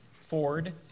Ford